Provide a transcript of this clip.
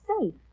safe